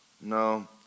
No